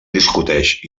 discuteix